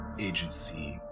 agency